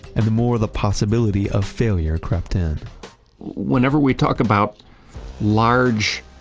and the more the possibility of failure crept in whenever we talk about large,